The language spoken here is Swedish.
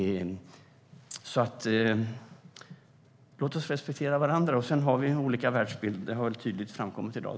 Låt oss respektera varandra. Sedan har vi olika världsbild. Det har tydligt framkommit i dag.